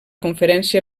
conferència